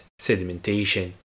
sedimentation